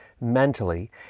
mentally